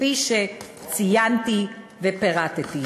כפי שציינתי ופירטתי.